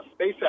SpaceX